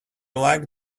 like